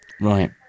right